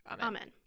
Amen